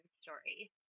story